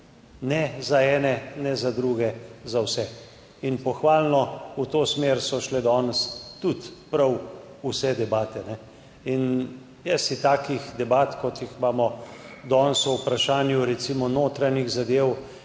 Ne za ene ne za druge, za vse. In pohvalno, v to smer so šle danes tudi prav vse debate. Jaz si takih debat, kot jih imamo danes o vprašanju recimo notranjih zadev,